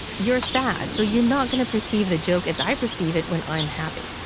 you're sad, so you're not going to perceive the joke as i perceive it when i'm happy.